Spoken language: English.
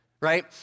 Right